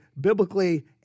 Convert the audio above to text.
biblically